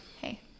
Hey